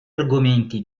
argomenti